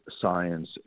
science